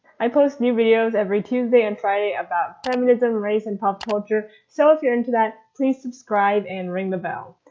i post new videos every tuesday and friday about feminism, race, and pop culture, so if you're into that please subscribe and ring the bell.